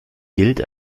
gilt